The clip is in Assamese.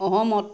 সহমত